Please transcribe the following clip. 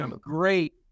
great